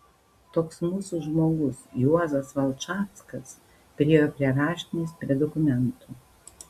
toks mūsų žmogus juozas valčackas priėjo prie raštinės prie dokumentų